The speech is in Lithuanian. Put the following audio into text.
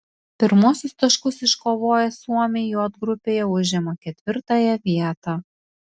pirmuosius taškus iškovoję suomiai j grupėje užima ketvirtąją vietą